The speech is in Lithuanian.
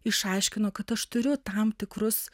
išaiškino kad aš turiu tam tikrus